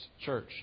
church